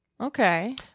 Okay